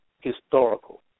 historical